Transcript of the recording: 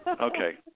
Okay